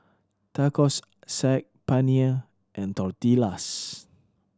Tacos Saag Paneer and Tortillas